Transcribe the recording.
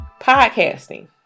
podcasting